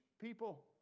people